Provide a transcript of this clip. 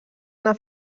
una